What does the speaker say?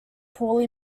poorly